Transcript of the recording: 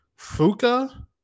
Fuka